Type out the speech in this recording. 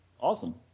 Awesome